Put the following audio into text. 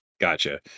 Gotcha